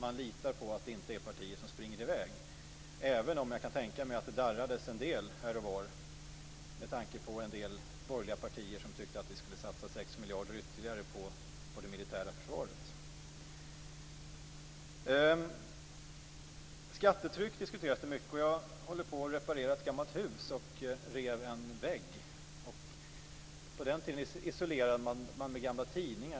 De litar på att det inte är partier som springer i väg, även om jag kan tänka mig att det darrades en del här och var när en del borgerliga partiet tyckte att vi skulle satsa ytterligare 6 miljarder på det militära försvaret. Skattetryck diskuteras mycket. Jag håller på att reparera ett gammalt hus, och jag rev en vägg. På den tiden isolerade man med gamla tidningar.